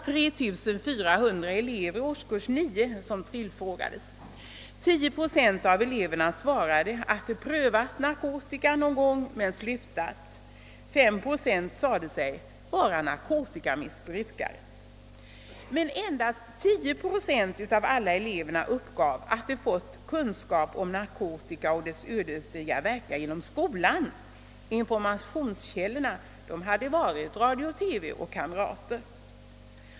3400 elever i årskurs 9 tillfrågades. 10 procent av eleverna svarade att de prövat narkotika någon gång men slutat. 4 procent sade sig vara narkotikamissbrukare. Endast 10 procent av samtliga elever uppgav att de fått kunskap om narkotika och dess ödesdigra verkningar genom skolan. Informationskällor hade varit radio, TV och kamrater.